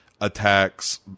attacks